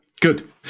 good